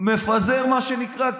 מפזר כסף, מה שנקרא.